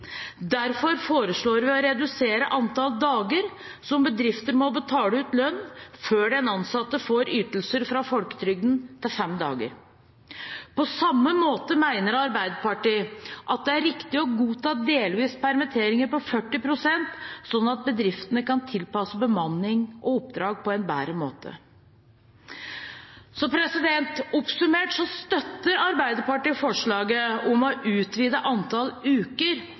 Derfor foreslår vi å redusere antallet dager som bedrifter må betale ut lønn før den ansatte får ytelser fra folketrygden, til fem dager. På samme måte mener Arbeiderpartiet at det riktig å godta delvise permitteringer på 40 pst., sånn at bedriftene kan tilpasse bemanning og oppdrag på en bedre måte. Oppsummert: Arbeiderpartiet støtter forslaget om å utvide antallet uker